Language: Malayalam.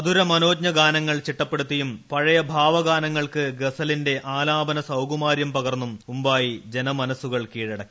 മധുര മനോജ്ഞ ഗാനങ്ങൾ ചിട്ടപ്പെടുത്തിയും പഴയ ഭാവഗാനങ്ങൾക്ക് ഗസലിന്റെ ആലാപന സൌകുമാര്യം പകർന്നും ഉമ്പായി ജനമനസുകൾ കീഴടക്കി